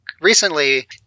recently